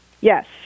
Yes